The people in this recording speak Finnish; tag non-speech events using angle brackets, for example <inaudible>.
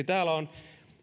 <unintelligible> täällä on